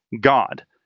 God